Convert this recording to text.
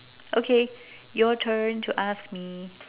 okay your turn to ask me